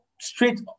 straight